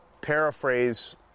paraphrase